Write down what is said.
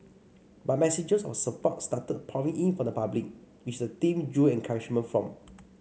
but messages of support started pouring in from the public which the team drew encouragement from